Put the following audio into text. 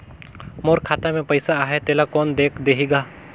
मोर खाता मे पइसा आहाय तेला कोन देख देही गा?